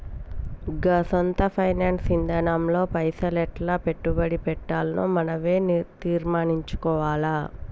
గా సొంత ఫైనాన్స్ ఇదానంలో పైసలు ఎట్లా పెట్టుబడి పెట్టాల్నో మనవే తీర్మనించుకోవాల